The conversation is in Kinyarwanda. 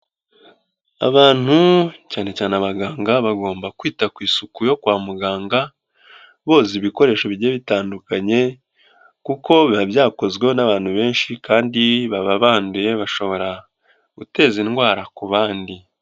Abantu cyane cyane abaganga bagomba kwita ku isuku yo kwa muganga, boza ibikoresho bijye bitandukanye kuko biba byakozwe n'abantu benshi kandi baba banduye bashobora guteza indwara ku bandi.